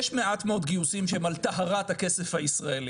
יש מעט מאוד גיוסים שהם על טהרת הכסף הישראלי.